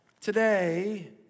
today